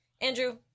Andrew